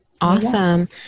Awesome